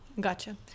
gotcha